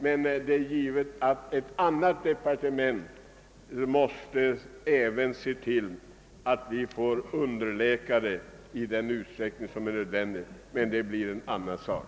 Det är givet att även ett annat departe ment måste medverka och se till att vi får underläkare i den utsträckning som är nödvändig, men det blir en annan sak.